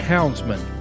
Houndsman